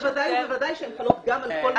ובוודאי ובוודאי שהן חלות גם על כל כלבייה פרטית.